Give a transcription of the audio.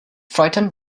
frightened